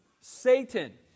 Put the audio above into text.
Satan